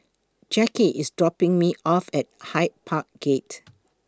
Jacky IS dropping Me off At Hyde Park Gate